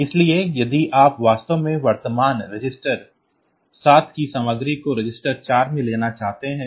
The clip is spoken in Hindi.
इसलिए यदि आप वास्तव में वर्तमान रजिस्टर 7 की सामग्री को रजिस्टर 4 में ले जाना चाहते हैं